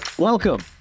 Welcome